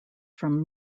from